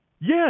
Yes